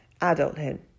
adulthood